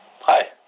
Hi